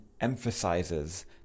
emphasizes